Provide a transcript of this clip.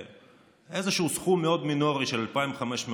איזשהו סכום מאוד מינורי של 2,500,